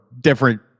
different